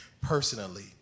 personally